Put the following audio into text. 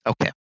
Okay